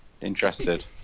interested